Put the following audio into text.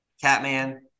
Catman